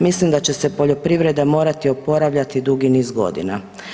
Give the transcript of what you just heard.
Mislim da će se poljoprivreda morati oporavljati dugi niz godina.